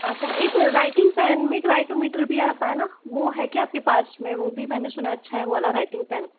अच्छा एक writing pen में राइटोमीटर भी आता है ना वो है क्या आपके पास में वो भी मैंने सुना है अच्छा है वो वाला राइटिंग पेन